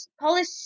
Polish